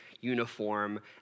uniform